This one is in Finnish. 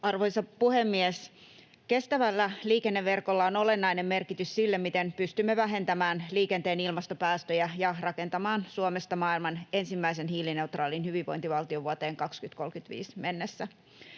Arvoisa puhemies! Kestävällä liikenneverkolla on olennainen merkitys sille, miten pystymme vähentämään liikenteen ilmastopäästöjä ja rakentamaan Suomesta maailman ensimmäisen hiilineutraalin hyvinvointivaltion vuoteen 2035 mennessä.